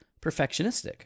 perfectionistic